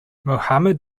mohammed